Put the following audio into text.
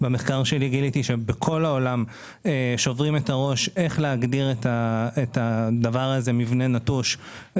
שבמחקר שלי גיליתי שבכל העולם שוברים את הראש על איך להגדיר מבנה נטוש.